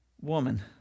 woman